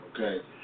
Okay